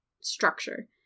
structure